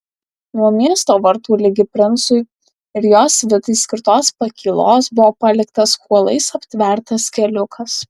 nuo miesto vartų ligi princui ir jo svitai skirtos pakylos buvo paliktas kuolais aptvertas keliukas